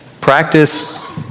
practice